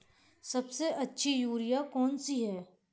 सबसे अच्छी यूरिया कौन सी होती है?